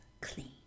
clean